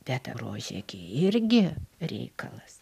bet rožė gi irgi reikalas